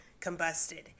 combusted